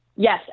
Yes